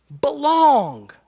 Belong